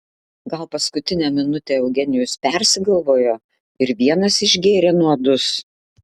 gal paskutinę minutę eugenijus persigalvojo ir vienas išgėrė nuodus